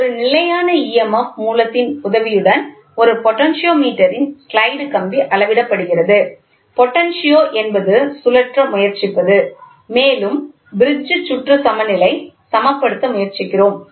ஒரு நிலையான emf மூலத்தின் உதவியுடன் ஒரு பொட்டென்டோமீட்டரின் ஸ்லைடு கம்பி அளவிடப்படுகிறது பொட்டென்ஷியோ என்பது சுழற்ற முயற்சிப்பது மேலும் பிரிட்ஜ் சுற்று சமநிலை சமப்படுத்த முயற்சிக்கிறோம்